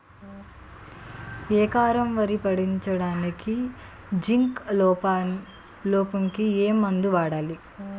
ఎకరం వరి పండించటానికి జింక్ లోపంకి ఏ మందు వాడాలి?